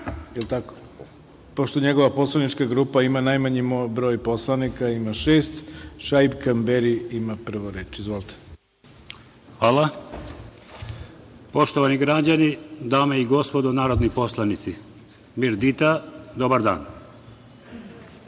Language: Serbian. pošto njegova poslanička grupa ima najmanji broj poslanika, ima šest, ima prvi reč. Izvolite. **Šaip Kamberi** Poštovani građani, dame i gospodo narodni poslanici, mirdita, dobar dan,